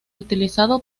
utilizado